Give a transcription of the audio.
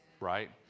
Right